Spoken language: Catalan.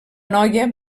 noia